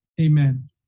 amen